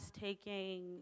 taking